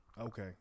Okay